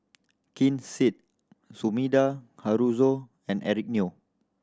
Ken Seet Sumida Haruzo and Eric Neo